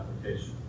application